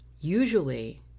usually